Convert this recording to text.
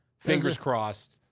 fingers crossed.